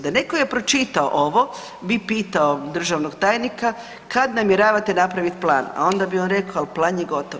Da netko je pročitao ovo bi pitao državnog tajnika, kad namjeravate napravit plan, a onda bi on rekao al plan je gotovo.